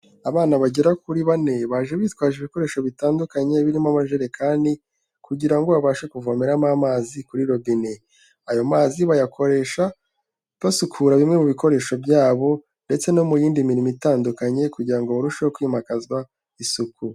Abana bagera kuri bane baje bitwaje ibikoresho bitandukanye birimo abajerekani kugira ngo babashe kuvomeramo amazi kuri robine, ayo mazi bayakoresha basukura bimwe mu bikoresho byabo ndetse no mu yindi mirimo itandukanye kugira ngo barusheho kwimakazwa isuku.